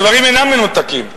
הדברים אינם מנותקים.